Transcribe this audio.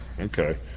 okay